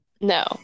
No